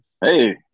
Hey